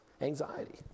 anxiety